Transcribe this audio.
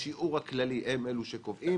בשיעור הכללי הם אלה שקובעים,